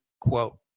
quote